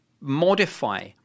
modify